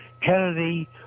Kennedy